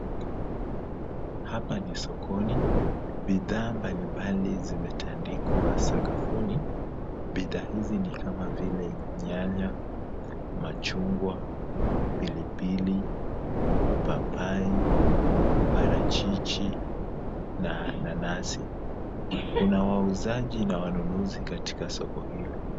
Hapa ni sokoni. Bidhaa mbalimbali zimetandikwa sakafuni. Bidaa hizi ni kama vile nyanya, machungwa, pilipili, papai, parachichi na nanasi. Kuna wauzaji na wanunuzi katika soko hili.